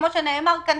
כמו שנאמר כאן,